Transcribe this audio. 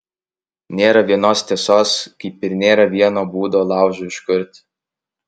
nėra vienos tiesos kaip ir nėra vieno būdo laužui užkurti